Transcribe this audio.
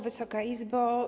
Wysoka Izbo!